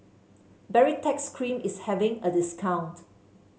Baritex Cream is having a discount